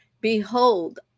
Behold